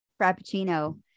Frappuccino